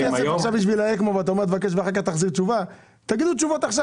תגידו תשובות עכשיו.